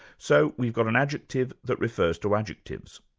so we've got an adjective that refers to adjective,